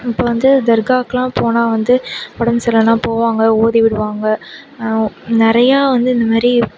இப்போ வந்து தர்க்காவுக்கெல்லாம் போனால் வந்து உடம்பு சரியிலன்னா போவாங்க ஓதி விடுவாங்க நிறையா வந்து இந்த மாதிரி